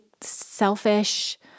selfish